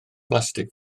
blastig